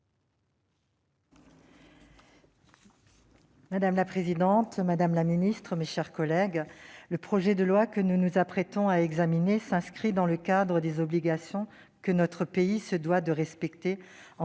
Madame la présidente, madame la secrétaire d'État, mes chers collègues, le projet de loi que nous nous apprêtons à examiner s'inscrit dans le cadre des obligations que notre pays se doit de respecter en tant